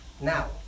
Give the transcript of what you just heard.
now